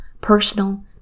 personal